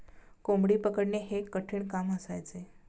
कोंबडी पकडणे हे एक कठीण काम असायचे